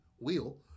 wheel